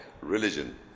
religion